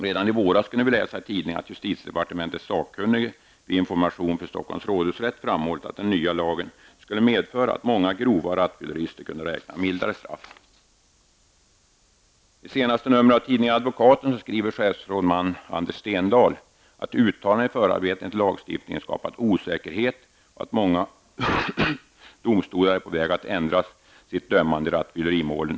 Redan i våras kunde vi läsa i tidningarna att justitiedepartementets sakkunnige vid information för Stockholms tingsrätt framhållit att den nya lagen skulle medföra att många grova rattfyllerister kunde räkna med mildare straff. I senaste numret av tidningen Advokaten skriver chefsrådman Anders Stendahl att uttalanden i förarbetena till lagstiftningen skapat osäkerhet och att många domstolar är på väg att ändra sitt dömande i rattfyllerimålen.